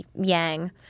yang –